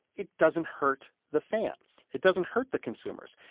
it doesn't hurt the fans. it doesn't hurt the consumers.